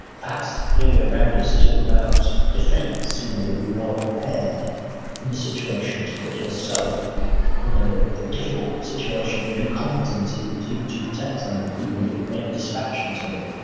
perhaps the only way around it is to talk about defense, you know that you are prepared in a situation to put yourself in ah a difficult situation and be competent to to protect somebody, even if it meant dispatching somebody.